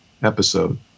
Episode